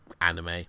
anime